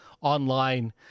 online